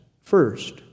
First